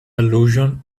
allusion